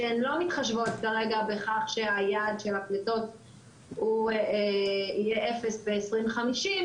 שהן לא מתחשבות כרגע בכך שהיעד של הפליטות יהיה 0 ב-2050.